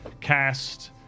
Cast